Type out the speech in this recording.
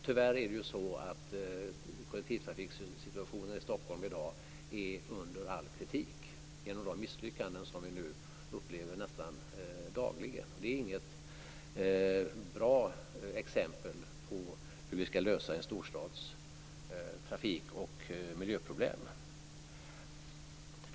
Tyvärr är kollektivtrafiksituationen i Stockholm i dag under all kritik genom de misslyckanden som vi nu upplever nästan dagligen. Det är inget bra exempel på hur vi ska lösa en storstads trafik och miljöproblem.